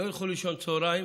שלא ילכו לישון צוהריים